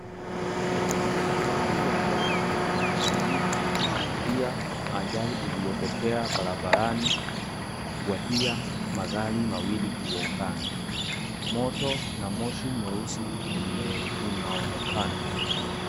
Watu wamekusanyika kushuhudia ajali iliyotokea barabarani kufuatia magari mawili kugongana, moto na moshi mweusi unaonekana.